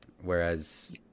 Whereas